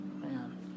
man